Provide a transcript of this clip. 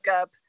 up